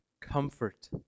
Comfort